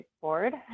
board